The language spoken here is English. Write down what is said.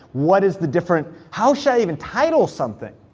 what is the different, how should i even title something?